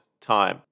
time